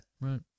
right